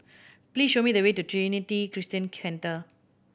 please show me the way to Trinity Christian Centre